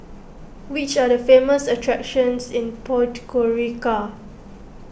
which are the famous attractions in Podgorica